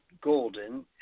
Golden